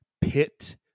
pit